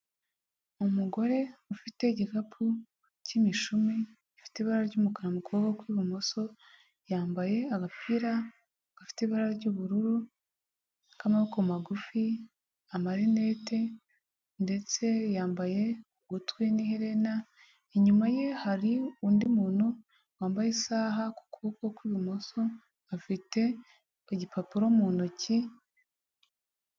Umugore ufite igikapu cy'imishumi ifite ibara ry'umukara mu kuboko kw'ibumoso, yambaye agapira gafite ibara ry'ubururu k'amaboko magufi amarinette ndetse yambaye ugutwi n'ihena, inyuma ye hari undi muntu wambaye isaha ku kuboko kw'ibumoso afite igipapuro mu ntoki,